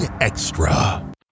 extra